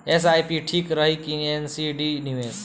SIP ठीक रही कि एन.सी.डी निवेश?